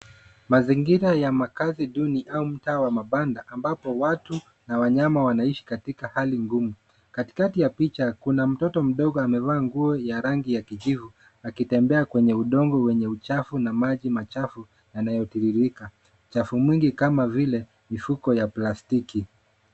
Mazingira ya makazi duni au ya mtaa wa mabanda ambapo watu na wanyama wanaishi katika hali ngumu katikati ya picha kuna mtoto mdogo amevaa nguo ya rangi ya kijivu akitembea kwenye udongo wenye uchfau na maji machafu yanayotirikia uchafu mwingi kama vile mifuko ya plastiki.